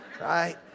Right